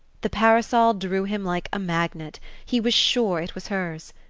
the parasol drew him like a magnet he was sure it was hers.